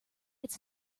its